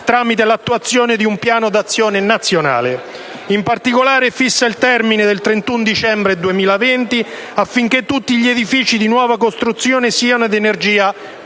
tramite l'attuazione di un piano d'azione nazionale. In particolare, fissa il termine del 31 dicembre 2020 affinché tutti gli edifici di nuova costruzione siano ad energia